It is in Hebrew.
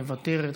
מוותרת,